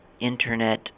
Internet